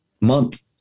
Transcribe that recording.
month